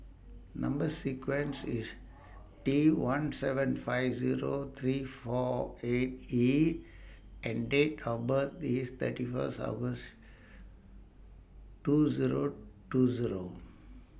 Number sequence IS T one seven five Zero three four eight E and Date of birth IS thirty First August two Zero two Zero